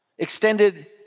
Extended